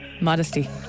Modesty